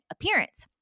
appearance